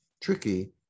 tricky